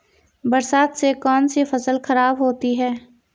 बरसात से कौन सी फसल खराब होती है?